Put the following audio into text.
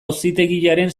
auzitegiaren